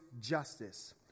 justice